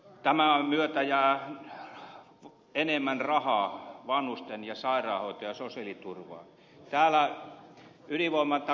tämän myötä jää enemmän rahaa vanhusten sairaanhoitoon ja saada oikea sosiaaliturvaa jäällä yliluoma sosiaaliturvaan